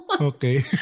Okay